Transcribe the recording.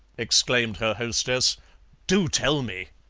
exclaimed her hostess do tell me!